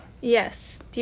Yes